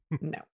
No